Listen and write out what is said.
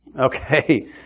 Okay